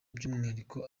by’umwihariko